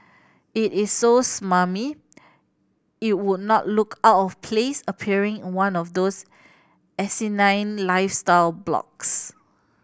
it is so smarmy it would not look out of place appearing in one of those asinine lifestyle blogs